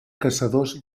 caçadors